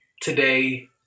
today